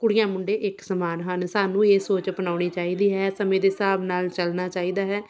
ਕੁੜੀਆਂ ਮੁੰਡੇ ਇੱਕ ਸਮਾਨ ਹਨ ਸਾਨੂੰ ਇਹ ਸੋਚ ਅਪਣਾਉਣੀ ਚਾਹੀਦੀ ਹੈ ਸਮੇਂ ਦੇ ਹਿਸਾਬ ਨਾਲ਼ ਚੱਲਣਾ ਚਾਹੀਦਾ ਹੈ